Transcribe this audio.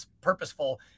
purposeful